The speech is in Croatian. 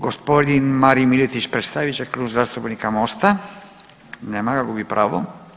Gospodin Marin Miletić predstavit će Klub zastupnik MOST-a, nema ga, gubi pravo.